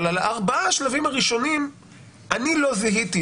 אבל על ארבעת השלבים הראשונים אני לא זיהיתי,